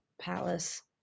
Palace